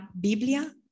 Biblia